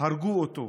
הרגו אותו.